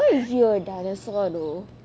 what if you are dinosaur though